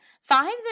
Fives